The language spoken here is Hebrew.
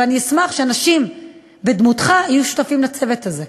ואני אשמח שאנשים בדמותך יהיו שותפים לצוות הזה,